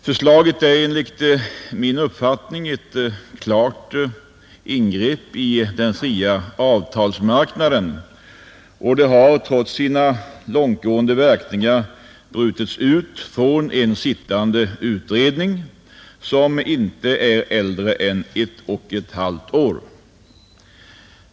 Förslaget är enligt min uppfattning ett klart ingrepp i den fria avtalsmarknaden, och det har, trots sina långtgående verkningar, brutits ut från en sittande utredning som inte är äldre än ett och ett halvt år.